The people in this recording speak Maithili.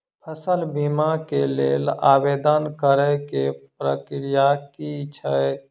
फसल बीमा केँ लेल आवेदन करै केँ प्रक्रिया की छै?